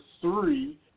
three